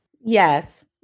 Yes